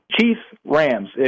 Chiefs-Rams